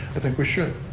i think we should.